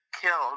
killed